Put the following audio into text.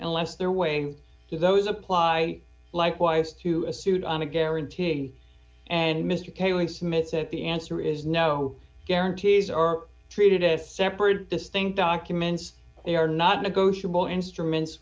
unless their way to those apply likewise to a suit on a guarantee and mr keyring smits at the answer is no guarantees are treated as separate distinct documents they are not negotiable instruments